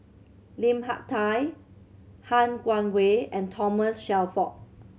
Lim Hak Tai Han Guangwei and Thomas Shelford